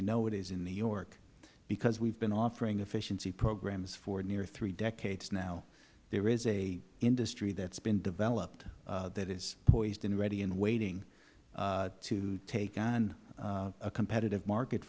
i know it is in new york because we have been offering efficiency programs for nearly three decades now there is an industry that has been developed that is poised and ready and waiting to take on a competitive market